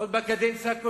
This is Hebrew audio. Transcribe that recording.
עוד בקדנציה הקודמת,